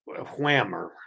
whammer